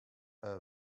her